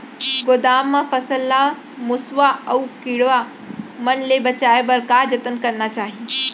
गोदाम मा फसल ला मुसवा अऊ कीरवा मन ले बचाये बर का जतन करना चाही?